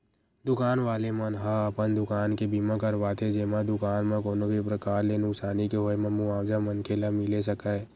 दुकान वाले मन ह अपन दुकान के बीमा करवाथे जेमा दुकान म कोनो भी परकार ले नुकसानी के होय म मुवाजा मनखे ल मिले सकय